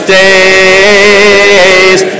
days